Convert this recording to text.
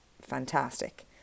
fantastic